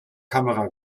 kamera